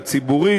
הציבורי,